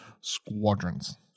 Squadrons